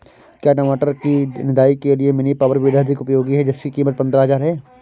क्या टमाटर की निदाई के लिए मिनी पावर वीडर अधिक उपयोगी है जिसकी कीमत पंद्रह हजार है?